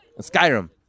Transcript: Skyrim